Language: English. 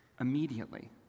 immediately